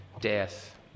death